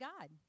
God